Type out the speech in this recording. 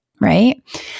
Right